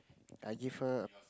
I give her